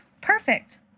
Perfect